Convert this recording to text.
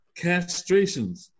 castrations